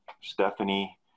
Stephanie